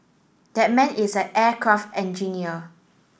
that man is an aircraft engineer